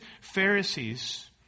Pharisees